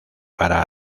para